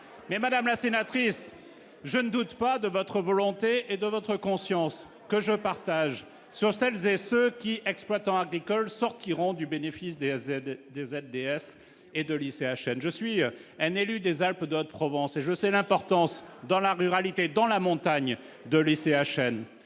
mais Madame la sénatrice, je ne doute pas de votre volonté et de notre conscience que je partage sur celles et ceux qui, exploitant agricole sortiront du bénéfice des aides des FDS et de lycéens, chaîne, je suis un élu des Alpes-de-Haute-Provence et je sais l'importance dans la ruralité dans la montagne de laisser